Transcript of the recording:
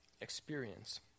experience